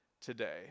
today